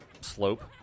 slope